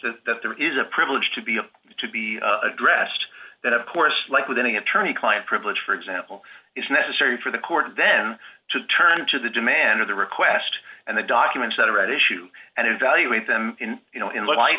that there is a privilege to be able to be addressed that of course like with any attorney client privilege for example it's necessary for the court then to turn to the demand of the request and the documents that are at issue and evaluate them in you know in light